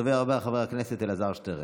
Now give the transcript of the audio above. הדובר הבא, חבר הכנסת אלעזר שטרן.